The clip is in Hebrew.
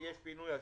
כי יש פינוי אשפה.